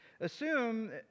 Assume